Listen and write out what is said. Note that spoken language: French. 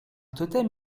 totem